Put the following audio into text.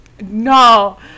No